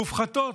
מופחתות,